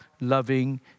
loving